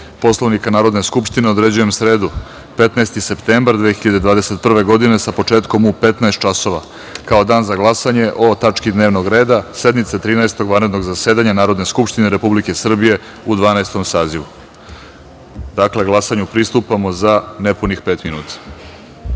Poslovnika Narodne skupštine, određujem sredu, 15. septembar 2021. godine, sa početkom u 15.00 časova, kao dan za glasanje o tački dnevnog reda sednice Trinaestog vanrednog zasedanja Narodne skupštine Republike Srbije u Dvanaestom sazivu. Dakle, glasanju pristupamo za nepunih pet minuta.